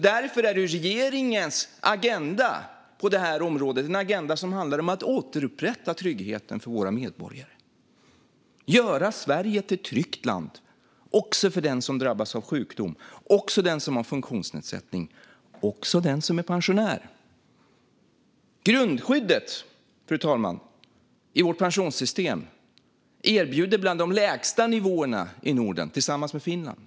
Därför handlar regeringens agenda på området om att återupprätta tryggheten för våra medborgare och göra Sverige till ett tryggt land, också för den som drabbas av sjukdom, har en funktionsnedsättning eller är pensionär. Fru talman! Grundskyddet i vårt pensionssystem erbjuder bland de lägsta nivåerna i Norden - det är vi som har det tillsammans med Finland.